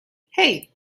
hey